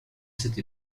cette